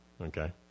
okay